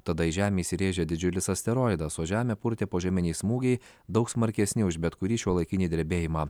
tada į žemę įsirėžė didžiulis asteroidas o žemę purtė požeminiai smūgiai daug smarkesni už bet kurį šiuolaikinį drebėjimą